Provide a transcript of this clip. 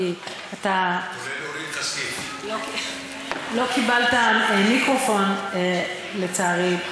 כי אתה, להוריד את, לא קיבלת מיקרופון, לצערי.